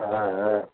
ஆ ஆ